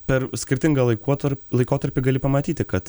per skirtingą laikuotar laikotarpį gali pamatyti kad